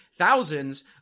thousands